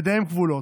ידיהם כבולות.